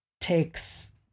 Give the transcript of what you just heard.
takes